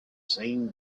same